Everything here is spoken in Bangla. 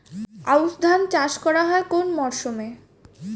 আউশ ধান চাষ করা হয় কোন মরশুমে?